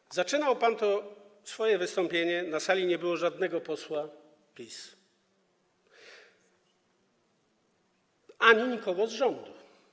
Kiedy zaczynał pan swoje wystąpienie, na sali nie było żadnego posła PiS ani nikogo z rządu.